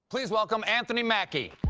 please welcome anthony mackie!